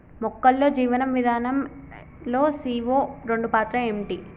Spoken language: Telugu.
మొక్కల్లో జీవనం విధానం లో సీ.ఓ రెండు పాత్ర ఏంటి?